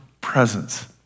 presence